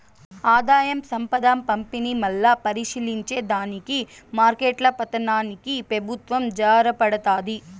ఆదాయం, సంపద పంపిణీ, మల్లా పరిశీలించే దానికి మార్కెట్ల పతనానికి పెబుత్వం జారబడతాది